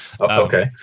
Okay